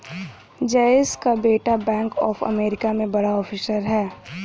जयेश का बेटा bank of America में बड़ा ऑफिसर है